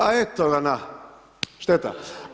A eto ga na, šteta.